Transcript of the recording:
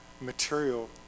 material